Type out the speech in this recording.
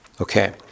Okay